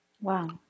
Wow